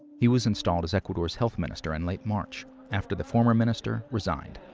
he was installed as ecuador's health minister in late march, after the former minister resigned.